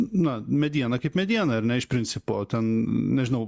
na mediena kaip mediena ar ne iš principo ten nežinau